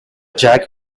jack